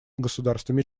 государствами